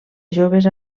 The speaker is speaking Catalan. joves